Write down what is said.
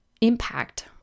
impact